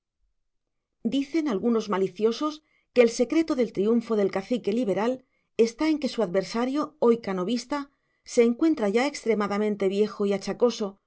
dicen algunos maliciosos que el secreto del triunfo del cacique liberal está en que su adversario hoy canovista se encuentra ya extremadamente viejo y